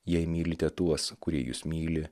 jei mylite tuos kurie jus myli